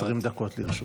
20 דקות לרשותך.